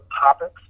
topics